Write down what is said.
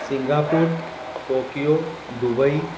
Singapore Tokyo Dubai